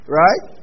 right